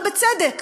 ובצדק.